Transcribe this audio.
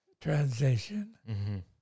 transition